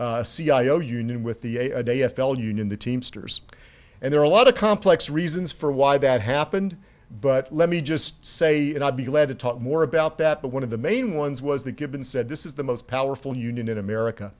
o union with the a a de f l union the teamsters and there are a lot of complex reasons for why that happened but let me just say and i'd be glad to talk more about that but one of the main ones was that given said this is the most powerful union in america